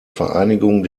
vereinigung